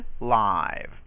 live